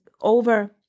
over